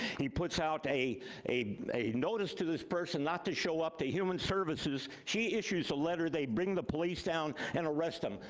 he puts out a a notice to this person not to show up to human services. she issues a letter. they bring the police down and arrest him.